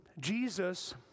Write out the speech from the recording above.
Jesus